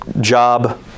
job